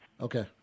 Okay